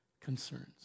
concerns